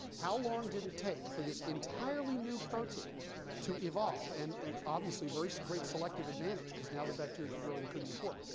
how long did it take for this entirely new protein to evolve? and and obviously, very so great selective advantage, because now the bacteria could grow that couldn't before.